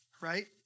right